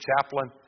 chaplain